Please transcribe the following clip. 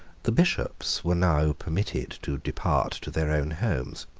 the bishops were now permitted to depart to their own homes.